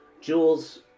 Jules